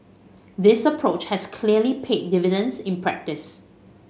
this approach has clearly paid dividends in practice